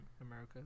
America